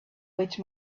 which